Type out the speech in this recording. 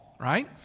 right